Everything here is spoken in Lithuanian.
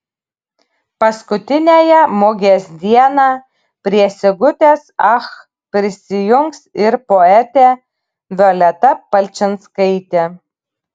paskutiniąją mugės dieną prie sigutės ach prisijungs ir poetė violeta palčinskaitė